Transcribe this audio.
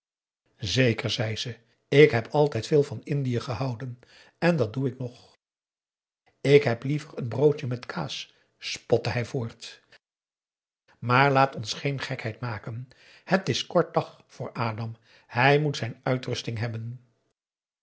zeker zei ze ik heb altijd veel van indië gehouden en dat doe ik nog ik heb liever een broodje met kaas spotte hij voort maar laat ons geen gekheid maken het is kort dag voor adam hij moet zijn uitrusting hebben